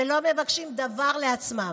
שלא מבקשים דבר לעצמם,